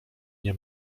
nie